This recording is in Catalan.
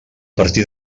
partir